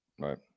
right